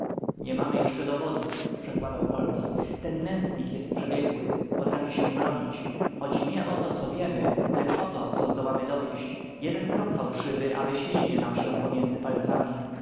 nie mamy jeszcze dowodów przekładał holmes ten nędznik jest przebiegły potrafi się bronić chodzi nie o to co wiemy lecz o to co zdołamy dowieść jeden krok fałszywy a wyśliźnie nam się pomiędzy palcami